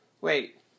Wait